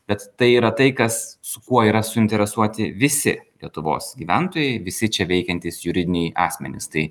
bet tai yra tai kas su kuo yra suinteresuoti visi lietuvos gyventojai visi čia veikiantys juridiniai asmenys tai